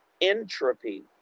entropy